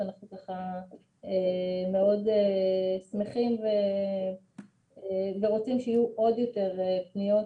ואנחנו ככה מאוד שמחים ורוצים שיהיו עוד יותר פניות.